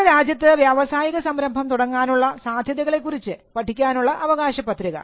നമ്മുടെ രാജ്യത്ത് വ്യാവസായിക സംരംഭം തുടങ്ങാനുള്ള സാധ്യതകളെക്കുറിച്ച് പഠിക്കുവാനുള്ള അവകാശപത്രിക